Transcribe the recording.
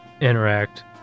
interact